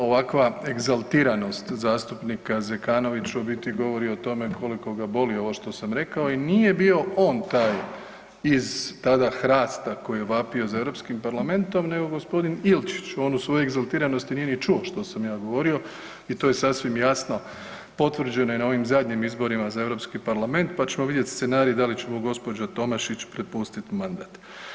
Ovakva egzaltiranost zastupnika Zekanovića u biti govori o tome koliko ga boli ovo što sam rekao i nije bio on taj iz tada Hrasta koji je vapio za Europskim parlamentom nego gospodin Ilčić u svojoj egzaltiranosti nije ni čuo što sam ja govorio i to je sasvim jasno, potvrđeno je na ovim zadnjim izborima za Europski parlament pa ćemo vidjeti scenarij da li će mu gospođa Tomašić prepustit mandat.